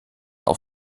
auf